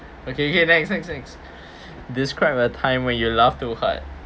okay okay next next next describe a time when you laugh too hard